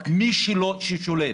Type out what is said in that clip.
מי ששולט